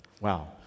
Wow